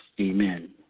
amen